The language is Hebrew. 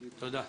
תודה.